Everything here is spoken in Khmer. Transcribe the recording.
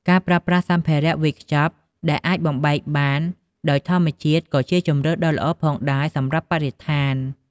ការប្រើប្រាស់សម្ភារៈវេចខ្ចប់ដែលអាចបំបែកបានដោយធម្មជាតិក៏ជាជម្រើសដ៏ល្អផងដែរសម្រាប់បរិស្ថាន។